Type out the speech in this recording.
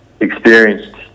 experienced